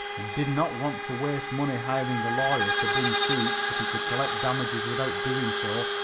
and did not want to waste money hiring a lawyer to bring suit if he could collect damages without doing so,